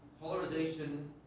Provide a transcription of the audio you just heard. polarization